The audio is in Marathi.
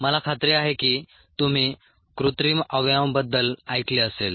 मला खात्री आहे की तुम्ही कृत्रिम अवयवांबद्दल ऐकले असेल